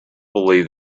believed